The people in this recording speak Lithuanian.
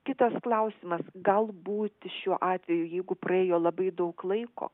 kitas klausimas galbūt šiuo atveju jeigu praėjo labai daug laiko